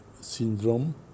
syndrome